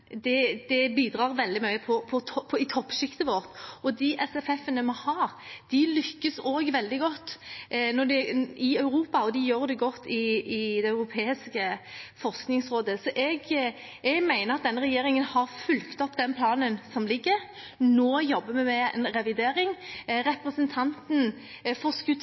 disse programmene, bidrar veldig mye i toppskiktet vårt. De SFF-ene vi har, lykkes også veldig godt i Europa, og de gjør det godt i Det europeiske forskningsrådet. Jeg mener at denne regjeringen har fulgt opp den planen som foreligger. Nå jobber vi med en revidering. Representanten